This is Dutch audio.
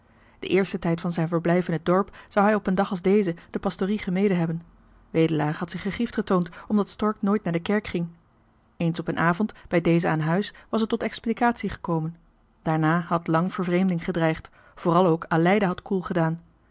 den eersten tijd van zijn verblijf in het dorp zou hij op een dag als dezen de pastorie gemeden hebben wedelaar had zich gegriefd getoond omdat stork nooit naar de kerk ging eens op een avond bij dezen aan huis was het tot explicatie gekomen daarna had lang vervreemding gedreigd vooral ook aleida had koel gedaan